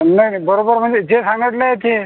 नाही नाही बरोबर म्हणजे जे सांगितलं आहे तेच